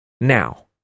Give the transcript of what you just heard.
Now